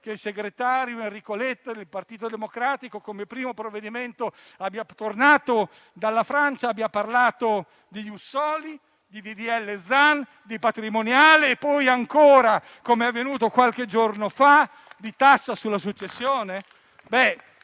che il segretario Enrico Letta del Partito Democratico come primo provvedimento, tornato dalla Francia, abbia parlato di *ius soli*, di disegno di legge Zan, di patrimoniale e poi ancora - com'è avvenuto qualche giorno fa - di tassa sulla successione?